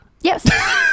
Yes